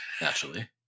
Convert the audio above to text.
Naturally